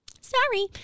Sorry